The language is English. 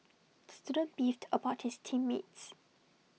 the student beefed about his team mates